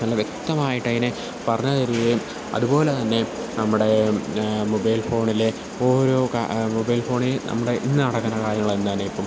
നല്ല വ്യക്തമായിട്ട് അതിനെ പറഞ്ഞു തരുകയും അതുപോലെ തന്നെ നമ്മുടേ മൊബൈൽ ഫോണിലെ ഓരോ മൊബൈൽ ഫോണില് നമ്മുടെ ഇന്നു നടക്കുന്ന കാര്യങ്ങളെല്ലാം രേഖപ്പെടുത്തും